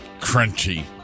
Crunchy